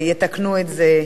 וזה מתוקן.